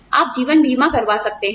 आप जीवन बीमा करवा सकते थे